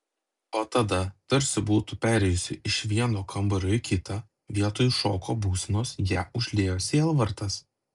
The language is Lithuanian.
o tada tarsi būtų perėjusi iš vieno kambario į kitą vietoj šoko būsenos ją užliejo sielvartas